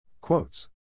Quotes